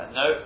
no